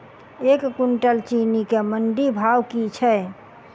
एक कुनटल चीनी केँ मंडी भाउ की छै?